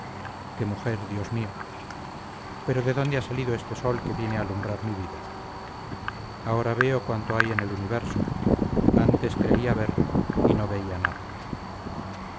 qué mujer dios mío pero de dónde ha salido este sol que viene a alumbrar mi vida ahora veo cuanto hay en el universo antes creía ver y no veía nada